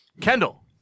Kendall